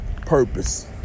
purpose